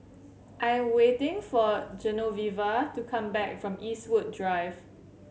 I am waiting for Genoveva to come back from Eastwood Drive